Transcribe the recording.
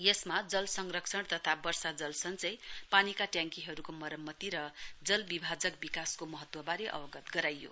यसमा जल संरक्षण तथा वर्षाजल सञ्चय पानीका ट्याङ्कीहरूको मरमत्ति र जलविभागका विकासको महत्तवबारे अवगत गराइयो